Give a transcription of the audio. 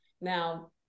Now